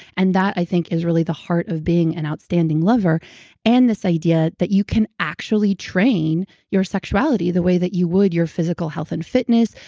and that, i think, is really the heart of being an outstanding lover and this idea that you can actually train your sexuality the way that you would your physical health and fitness,